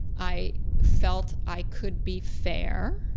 i felt i could be fair,